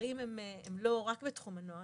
הפערים הם לא רק בתחום הנוער.